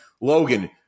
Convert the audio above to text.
Logan